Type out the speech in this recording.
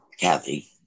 Kathy